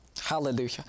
Hallelujah